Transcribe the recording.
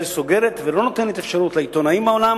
ישראל סוגרת ולא נותנת לעיתונאים בעולם